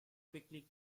quickly